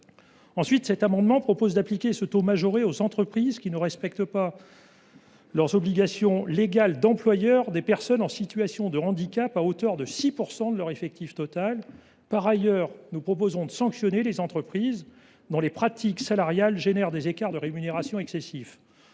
Ensuite, nous proposons d’appliquer ce taux majoré aux entreprises qui ne respectent pas leurs obligations légales d’employer des personnes en situation de handicap à hauteur de 6 % de leur effectif total. En outre, nous proposons de sanctionner les entreprises dont les pratiques salariales entraînent des écarts de rémunération excessifs.